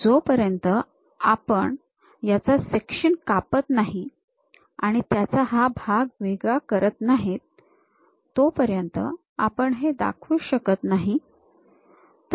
जोपर्यंत आपण आपण याचा सेक्शन कापत नाही आणि त्याचा हा भाग वेगळा करत नाही तोपर्यंत आपण हे दाखवूच शकत नाही